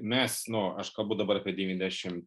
mes nu aš kalbu dabar apie devyniasdešimt